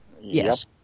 Yes